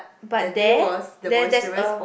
but there there there's a